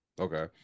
okay